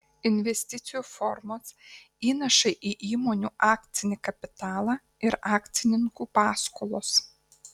investicijų formos įnašai į įmonių akcinį kapitalą ir akcininkų paskolos